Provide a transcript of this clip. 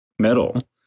metal